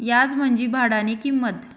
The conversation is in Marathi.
याज म्हंजी भाडानी किंमत